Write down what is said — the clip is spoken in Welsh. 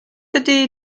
ydy